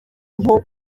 nko